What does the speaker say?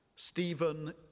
Stephen